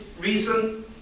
reason